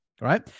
right